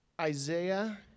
Isaiah